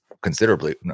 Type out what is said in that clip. considerably